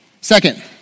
Second